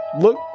look